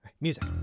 Music